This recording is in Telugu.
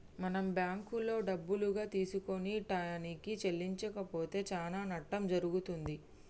మనం బ్యాంకులో డబ్బులుగా తీసుకొని టయానికి చెల్లించకపోతే చానా నట్టం జరుగుతుంది